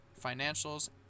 financials